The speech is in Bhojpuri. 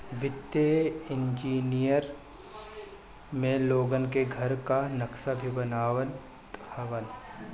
वित्तीय इंजनियर में लोगन के घर कअ नक्सा भी बनावत हवन